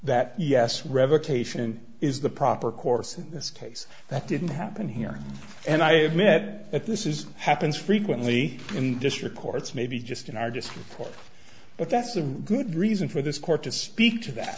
that yes revocation is the proper course in this case that didn't happen here and i have met at this is happens frequently in the district courts maybe just an hour just for it that's a good reason for this court to speak to that